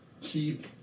keep